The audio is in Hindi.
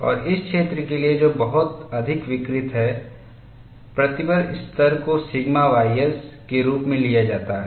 और इस क्षेत्र के लिए जो बहुत अधिक विकृत है प्रतिबल स्तर को सिग्मा ys के रूप में लिया जाता है